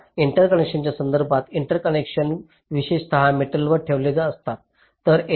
आता इंटरकनेक्शन्सच्या संदर्भात इंटरकनेक्शन्स विशेषत मेटलवर ठेवलेले असतात